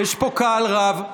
יש פה קהל רב,